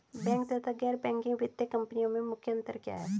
Bank तथा गैर banking वित्तीय कंपनियों में मुख्य अंतर क्या है?